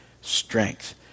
strength